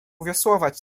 wiosłować